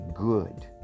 good